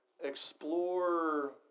explore